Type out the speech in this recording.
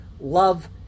love